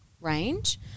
range